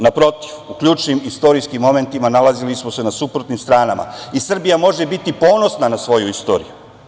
Na protiv, u ključnim i istorijskim momentima, nalazili smo se na suprotnim stranama i Srbija može biti ponosna na svoju istoriju.